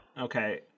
Okay